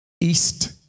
East